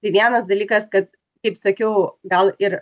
tai vienas dalykas kad kaip sakiau gal ir